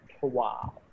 Wow